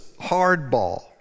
hardball